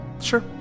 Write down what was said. Sure